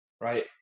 Right